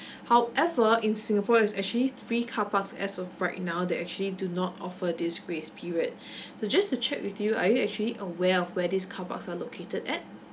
however in singapore it's actually free car parks as of right now they actually do not offer this grace period so just to check with you are you actually aware of where these car parks are located at